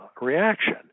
reaction